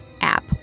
app